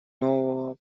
нового